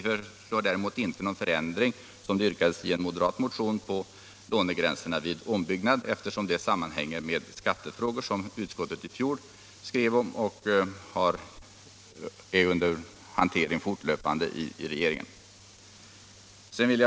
Vi föreslår däremot inte någon förändring, vilket yrkas i en moderat motion, av lånegränserna vid ombyggnad, eftersom det sammanhänger med skattefrågor som utskottet i fjol skrev om och som fortlöpande är under bedömning i re 53 geringen.